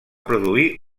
produir